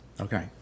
okay